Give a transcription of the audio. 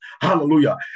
Hallelujah